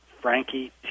Frankie